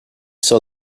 saw